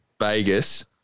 Vegas